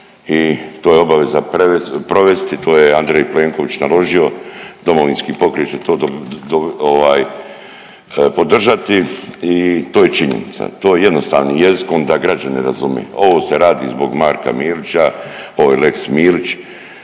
i to je obaveza provesti, to je Andrej Plenković naložio, DP će to podržati i to je činjenica. To je jednostavnim jezikom da građani razumiju, ovo se radi zbog Marka Milića, ovo je lex Milić